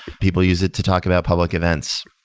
people use it to talk about public events.